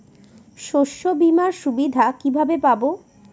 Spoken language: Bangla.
শস্যবিমার সুবিধা কিভাবে পাবো?